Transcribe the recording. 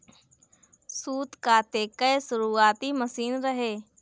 सूत काते कअ शुरुआती मशीन रहे